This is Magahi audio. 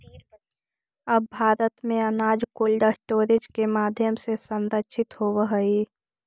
अब भारत में अनाज कोल्डस्टोरेज के माध्यम से संरक्षित होवऽ हइ